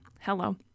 Hello